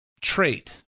trait